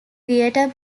theater